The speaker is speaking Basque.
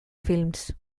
films